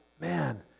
man